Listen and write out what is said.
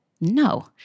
No